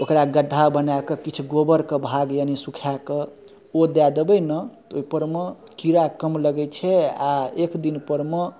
ओकरा गड्ढ़ा बना कऽ किछु गोबरके भाग यानि सुखाकऽ ओ दाए देबै नहितऽ ओइपर मे कीड़ा कम लगै छै आओर एक दिनपर मे